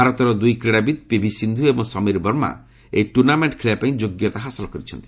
ଭାରତର ଦୁଇ କ୍ରୀଡ଼ାବିତ୍ ପିଭି ସିନ୍ଧୁ ଏବଂ ସମୀର ବର୍ମା ଏହି ଟୁର୍ଣ୍ଣାମେଣ୍ଟ ଖେଳିବା ପାଇଁ ଯୋଗ୍ୟତା ହାସଲ କରିଛନ୍ତି